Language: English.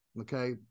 okay